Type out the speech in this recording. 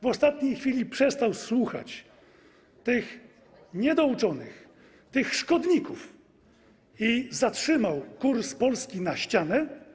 W ostatniej chwili przestał słuchać tych niedouczonych, tych szkodników i zatrzymał kurs Polski na ścianę.